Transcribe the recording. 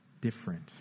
different